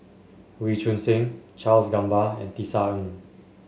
Wee Choon Seng Charles Gamba and Tisa Ng